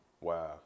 wow